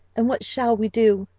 and what shall we do?